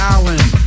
Island